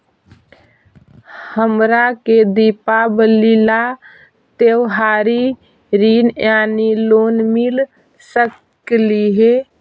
हमरा के दिवाली ला त्योहारी ऋण यानी लोन मिल सकली हे?